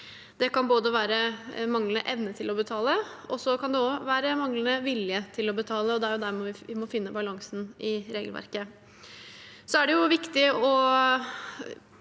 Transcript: Det kan være manglende evne til å betale, og det kan også være manglende vilje til å betale, og det er der vi må finne balansen i regelverket.